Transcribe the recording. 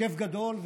כיף גדול,